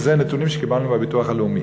וזה נתונים שקיבלנו מהביטוח הלאומי.